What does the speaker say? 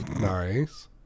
Nice